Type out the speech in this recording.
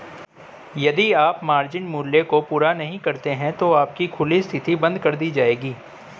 यदि आप मार्जिन मूल्य को पूरा नहीं करते हैं तो आपकी खुली स्थिति बंद कर दी जाएगी